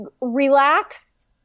relax